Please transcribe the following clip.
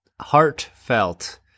heartfelt